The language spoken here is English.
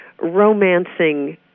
romancing